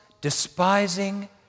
despising